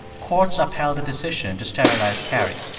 courts upheld the decision to sterilize carrie.